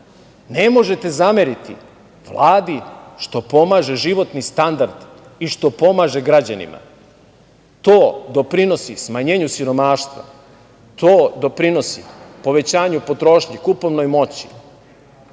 Ne možete zameriti Vladi što pomaže životni standard i što pomaže građanima. To doprinosi smanjenju siromaštva, to doprinosi povećanju potrošnje, kupovnoj moći.